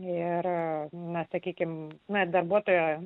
ir na sakykime net darbuotojo